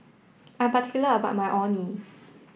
I'm particular about my Orh Nee